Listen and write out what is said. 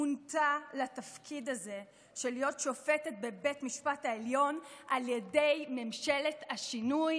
מונתה לתפקיד הזה של להיות שופטת בבית משפט העליון על ידי ממשלת השינוי